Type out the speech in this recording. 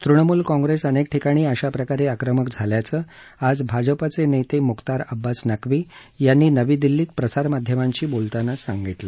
तृणमूल काँग्रेस अनेक ठिकाणी अशाप्रकारे आक्रमक झाल्याचं आज भाजपा नेते मुख्तार अब्बास नक्वी यांनी नवी दिल्लीत प्रसारमाध्यमांशी बोलताना सांगितलं